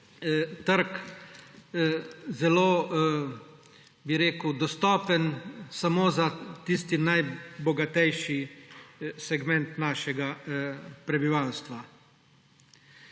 trg zelo, bi rekel, dostopen samo za tisti najbogatejši segment našega prebivalstva.